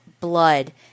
blood